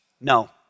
No